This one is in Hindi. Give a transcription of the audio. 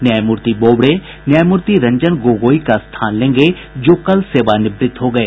न्यायमूर्ति बोबडे न्यायमूर्ति रंजन गोगोई का स्थान लेंगे जो कल सेवानिवृत्त हो गए